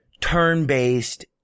turn-based